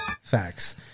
Facts